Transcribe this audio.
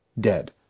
dead